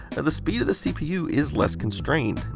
ah the speed of the cpu is less constrained.